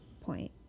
point